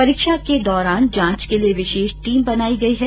परीक्षा के दौरान जांच के लिये विशेष टीम बनाई गई है